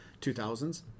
2000s